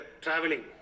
traveling